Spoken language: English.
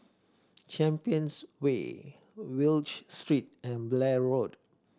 Champions Way Wallich Street and Blair Road